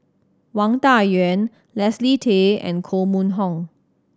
Wang Dayuan Leslie Tay and Koh Mun Hong